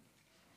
תודה רבה.